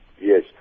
Yes